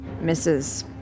misses